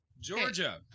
Georgia